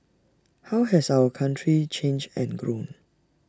how has our country changed and grown